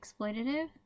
exploitative